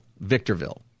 Victorville